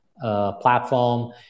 Platform